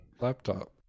Laptop